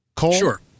Sure